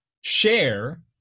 share